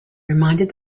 reminded